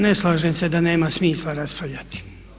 Ne slažem se da nema smisla raspravljati.